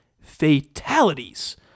fatalities